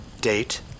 Date